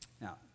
Now